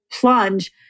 plunge